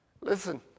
Listen